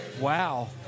Wow